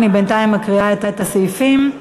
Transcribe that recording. אני בינתיים מקריאה את הסעיפים.